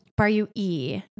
Bar-U-E